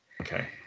Okay